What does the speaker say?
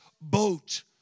boat